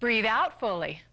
breathe out fully